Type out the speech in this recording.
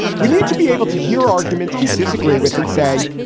we need to be able to hear arguments we disagree with and say,